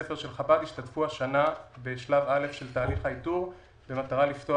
השתתפו השנה בשלב אל"ף של תהליך האיתור במטרה לפתוח